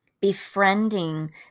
befriending